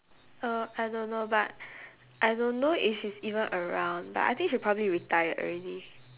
uh I don't know but I don't know if she's even around but I think she probably retired already